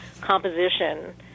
composition